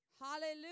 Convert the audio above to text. Hallelujah